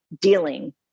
dealing